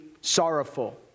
sorrowful